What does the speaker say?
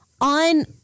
on